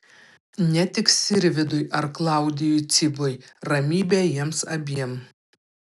ne tik sirvydui ar klaudijui cibui ramybė jiems abiem